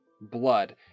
blood